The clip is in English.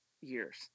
years